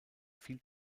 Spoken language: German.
viel